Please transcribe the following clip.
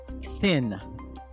Thin